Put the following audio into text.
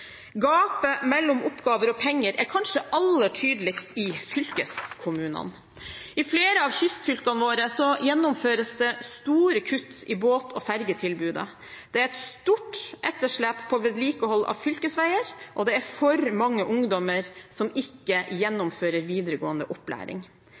Gapet mellom oppgaver og penger er kanskje aller tydeligst i fylkeskommunene. I flere av kystfylkene våre gjennomføres det store kutt i båt- og fergetilbudene. Det er et stort etterslep på vedlikehold av fylkesveier, og det er for mange ungdommer som ikke